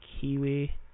Kiwi